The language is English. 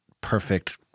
perfect